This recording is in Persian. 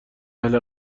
اهل